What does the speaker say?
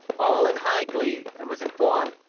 all in high glee, and was informed,